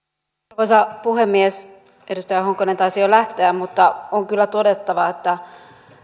arvoisa puhemies edustaja honkonen taisi jo lähteä mutta on kyllä todettava että